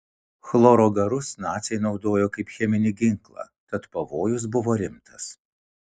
chloro garus naciai naudojo kaip cheminį ginklą tad pavojus buvo rimtas